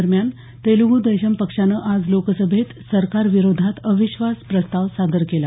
दरम्यान तेलुगु देशम पक्षानं आज लोकसभेत सरकार विरोधात अविश्वास प्रस्ताव सादर केला